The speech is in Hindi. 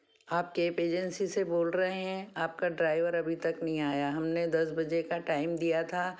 आप केप एजेंसी से बोल रहे हैं आपका ड्राइवर अभी तक नहीं आया हमने दस बजे का टाइम दिया था